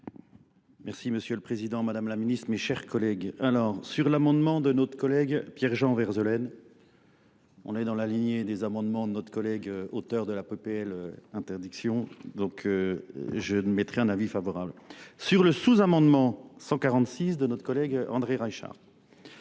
Merci, monsieur le Président, madame la Ministre, mes chers collègues. Alors, sur l'amendement de notre collègue Pierre-Jean Verzelaine. On est dans la lignée des amendements de notre collègue, auteur de la PPL Interdiction. Donc, je mettrai un avis favorable. Sur le sous-amendement 146 de notre collègue André Raichard.